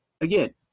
Again